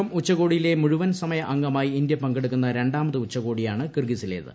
M ഉച്ചകോടിയിലെ മുഴുവൻ സമയ അംഗമായി ഇന്ത്യ പങ്കെടുക്കുന്ന രണ്ടാമത് ഉച്ചകോടിയാണ് കിർഗിസിലേത്